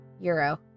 Euro